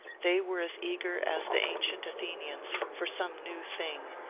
they were as eager as the ancient athenians for some new thing,